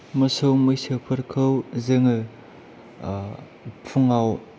मोसौ मैसोफोरखौ जोङो फुंआव